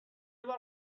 بار